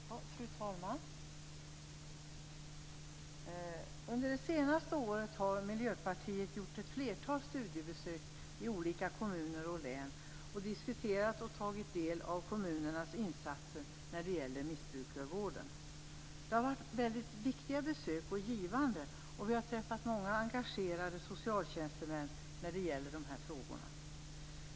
Fru talman! Under det senaste året har Miljöpartiet gjort ett flertal studiebesök i olika kommuner och län, där vi har diskuterat och tagit del av kommunernas insatser för missbrukarvården. Det har varit väldigt viktiga och givande besök, och vi har träffat många socialtjänstemän med engagemang i de här frågorna.